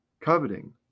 coveting